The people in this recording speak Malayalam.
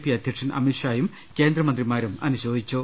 പി അധ്യക്ഷൻ അമിത്ഷായും കേന്ദ്രമന്ത്രിമാരും അനുശോചിച്ചു